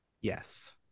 yes